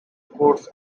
codes